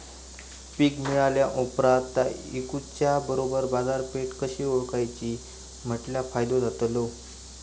पीक मिळाल्या ऑप्रात ता इकुच्या बरोबर बाजारपेठ कशी ओळखाची म्हटल्या फायदो जातलो?